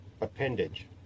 appendage